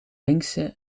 linkse